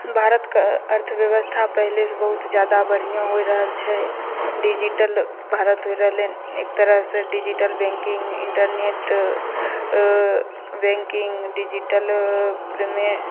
भारतके अर्थव्यवस्था पहिलेसँ बहुत जादा बढ़िआँ होइ रहल छै डिजिटल भारत रहलय हन एक तरहसँ डिजिटल बैंकिंग इन्टरनेट बैंकिंग डिजिटलपर मे